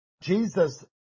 Jesus